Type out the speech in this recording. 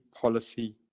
policy